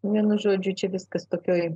vienu žodžiu čia viskas tokioj